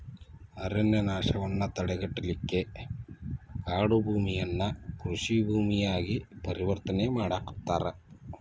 ಅರಣ್ಯನಾಶವನ್ನ ತಡೆಗಟ್ಟಲಿಕ್ಕೆ ಕಾಡುಭೂಮಿಯನ್ನ ಕೃಷಿ ಭೂಮಿಯಾಗಿ ಪರಿವರ್ತನೆ ಮಾಡಾಕತ್ತಾರ